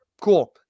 Cool